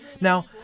Now